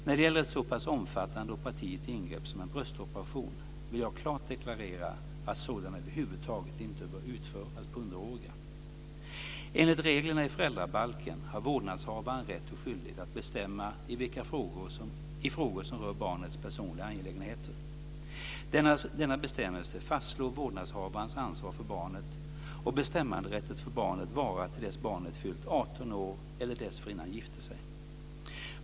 När det gäller ett så pass omfattande operativt ingrepp som en bröstoperation vill jag klart deklarera att sådana över huvud taget inte bör utföras på underåriga. Enligt reglerna i föräldrabalken har vårdnadshavaren rätt och skyldighet att bestämma i frågor som rör barnets personliga angelägenheter. Denna bestämmelse fastslår vårdnadshavarens ansvar för barnet, och bestämmanderätten för barnet varar till dess barnet fyllt 18 år eller dessförinnan gifter sig.